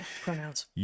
Pronouns